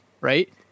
right